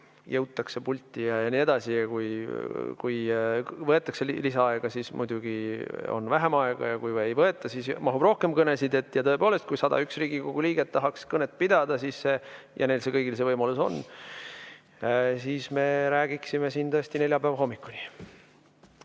jõutakse pulti ja nii edasi, ja kui võetakse lisaaega, siis muidugi on vähem [kõnesid], ja kui ei võeta, siis mahub rohkem kõnesid. Tõepoolest, kui 101 Riigikogu liiget tahaks kõnet pidada, ja neil kõigil see võimalus on, siis me räägiksime siin neljapäeva hommikuni.